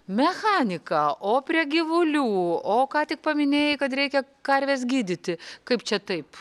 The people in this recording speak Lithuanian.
mechaniką o prie gyvulių o ką tik paminėjai kad reikia karves gydyti kaip čia taip